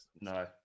no